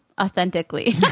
authentically